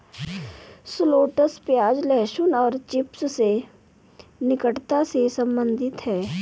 shallots प्याज, लहसुन और चिव्स से निकटता से संबंधित है